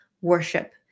worship